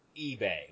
eBay